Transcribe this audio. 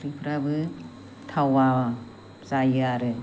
ओंख्रिफ्राबो थावा जायो आरो